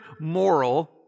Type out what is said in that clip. moral